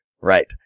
Right